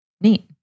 Neat